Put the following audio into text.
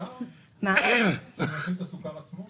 יש מי שממסים את הסוכר עצמו?